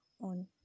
on